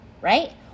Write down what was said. right